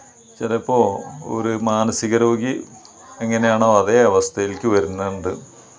ചിലപ്പോള് ഒരു മാനസികരോഗി എങ്ങനെയാണോ അതേ അവസ്ഥയിലേക്ക് വരുന്നുണ്ട്